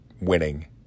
winning